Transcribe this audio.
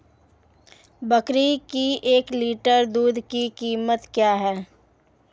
बकरी के एक लीटर दूध की कीमत क्या है?